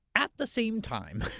at the same time,